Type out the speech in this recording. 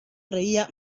reía